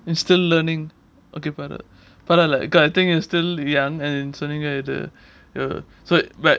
it's still learning okay பரவால்ல:paravaalla but I think like you are still young and சொன்னீங்கல இது:sonneengala ithu so but